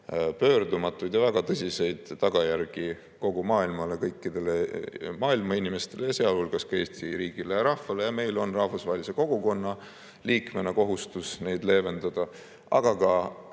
pöördumatuid ja väga tõsiseid tagajärgi kogu maailmale, kõikidele maailma inimestele, sealhulgas Eesti riigile ja rahvale. Meil on rahvusvahelise kogukonna liikmena kohustus neid leevendada, aga ka